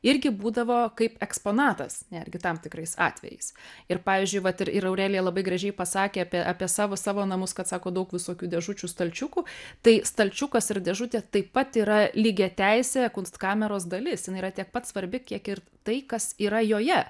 irgi būdavo kaip eksponatas netgi tam tikrais atvejais ir pavyzdžiui vat ir ir aurelija labai gražiai pasakė apie apie savo savo namus kad sako daug visokių dėžučių stalčiukų tai stalčiukas ir dėžutė taip pat yra lygiateisė kunstkameros dalis jinai yra tiek pat svarbi kiek ir tai kas yra joje